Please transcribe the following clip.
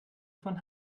von